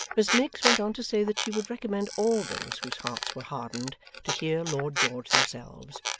miss miggs went on to say that she would recommend all those whose hearts were hardened to hear lord george themselves,